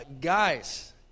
guys